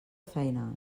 feina